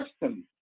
question